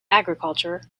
agriculture